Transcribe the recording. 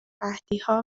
قحطیها